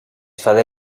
father